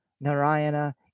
Narayana